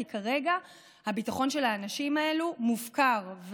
כי כרגע הביטחון של האנשים האלה מופקר.